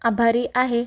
आभारी आहे